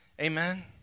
Amen